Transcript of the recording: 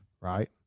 right